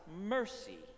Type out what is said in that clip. mercy